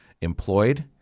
employed